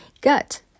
gut